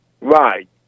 Right